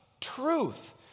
truth